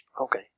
Okay